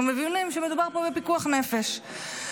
אנחנו מבינים שמדובר פה בפיקוח נפש.